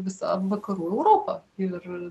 visa vakarų europa ir